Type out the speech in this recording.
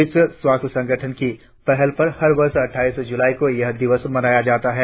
विश्व स्वास्थ्य संगठन की पहल पर हर वर्ष अटठाईस जुलाई को यह दिवस मनाया जाता है